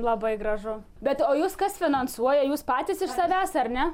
labai gražu be to o jus kas finansuoja jūs patys iš savęs ar ne